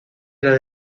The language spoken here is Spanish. era